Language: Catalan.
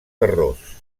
terrós